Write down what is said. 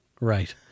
Right